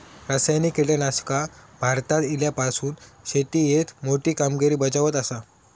रासायनिक कीटकनाशका भारतात इल्यापासून शेतीएत मोठी कामगिरी बजावत आसा